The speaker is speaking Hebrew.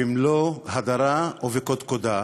במלוא הדרה ובקדקודה,